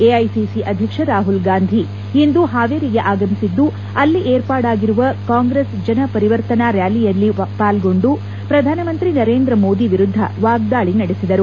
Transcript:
AICC ಅಧ್ಯಕ್ಷ ರಾಹುಲ್ಗಾಂಧಿ ಇಂದು ಹಾವೇರಿಗೆ ಆಗಮಿಸಿದ್ದು ಅಲ್ಲಿ ಏರ್ಪಾಡಾಗಿರುವ ಕಾಂಗ್ರೆಸ್ ಜನ ಪರಿವರ್ತನಾ ರ್ಕಾಲಿಯಲ್ಲಿ ಪಾಲ್ಗೊಂಡು ಪ್ರಧಾನಮಂತ್ರಿ ನರೇಂದ್ರ ಮೋದಿ ವಿರುದ್ಧ ವಾಗ್ದಾಳಿ ನಡೆಸಿದರು